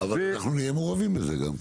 אבל אנחנו נהיה מעורבים בזה גם.